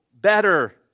better